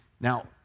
Now